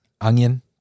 Onion